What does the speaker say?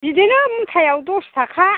बिदिनो मुथायाव दस थाखा